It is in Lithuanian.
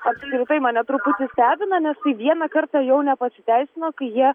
apskritai mane truputį stebina nes tai vieną kartą jau nepasiteisino kai jie